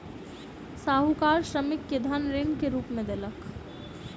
साहूकार श्रमिक के धन ऋण के रूप में देलक